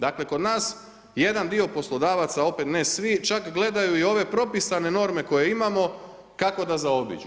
Dakle, kod nas jedan dio poslodavaca opet ne svi, čak gledaju i ove propisane norme koje imamo kako da zaobiđu.